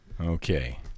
Okay